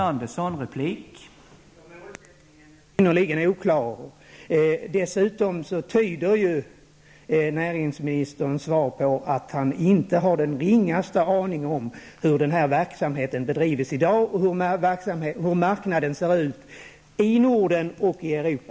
Herr talman! Jag tycker att målsättningen är synnerligen oklar. Dessutom tyder näringsministerns svar på att han inte har den ringaste aning om hur verksamheten i dag bedrivs och hur marknaden ser ut, i Norden och i Europa.